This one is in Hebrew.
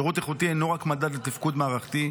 שירות איכותי אינו רק מדד לתפקוד מערכתי,